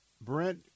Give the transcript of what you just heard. Brent